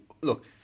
look